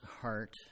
heart